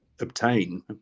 obtain